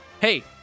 hey